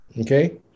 okay